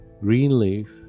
Greenleaf